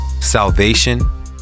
Salvation